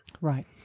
Right